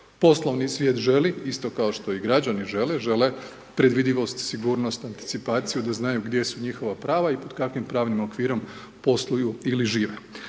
poslovni svijet želi, isto kao što i građani žele, žele predvidljivost, sigurnost, …/Govornik se ne razumije./… da znaju gdje su njihova prava i pod kakvim pravnim okviru posluju ili žive.